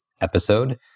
episode